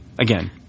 Again